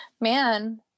Man